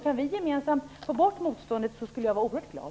Kan vi gemensamt få bort motståndet skulle jag vara oerhört glad.